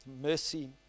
mercy